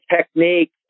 technique